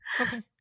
Okay